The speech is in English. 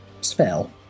spell